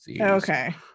okay